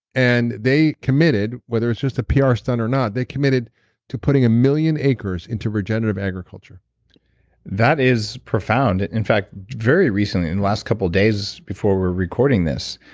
and they committed, whether it's just a pr stunt or not. they committed to putting a million acres into regenerative agriculture that is profound. in fact, very recently in the last couple days before we're recording this,